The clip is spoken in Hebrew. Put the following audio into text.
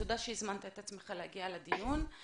תודה שהזמנת את עצמך להגיע לדיון.